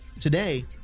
Today